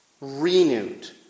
renewed